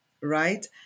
right